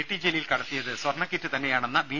T Jaleel കടത്തിയത് സ്വർണ്ണക്കിറ്റ് തന്നെയാണെന്ന ബി